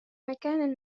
مكان